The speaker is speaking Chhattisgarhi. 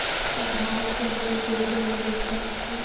आधार से लोन कइसे मिलिस सकथे?